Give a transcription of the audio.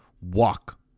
Walk